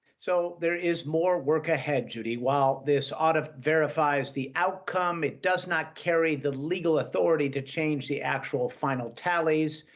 so, there is more work ahead, judy. while this audit verifies the outcome, it does not carry the legal authority to change the actual final tallies.